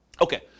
Okay